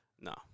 No